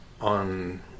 on